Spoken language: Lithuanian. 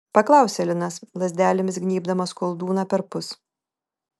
paklausė linas lazdelėmis gnybdamas koldūną perpus